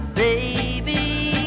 baby